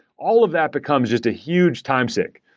all of that becomes just a huge time sink,